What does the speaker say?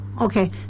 Okay